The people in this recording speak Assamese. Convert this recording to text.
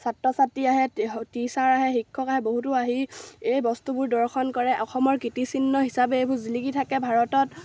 ছাত্ৰ ছাত্ৰী আহে টিচাৰ আহে শিক্ষক আহে বহুতো আহি এই বস্তুবোৰ দৰ্শন কৰে অসমৰ কীৰ্তিচিহ্ন হিচাপে এইবোৰ জিলিকি থাকে ভাৰতত